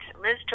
Liz